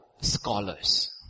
scholars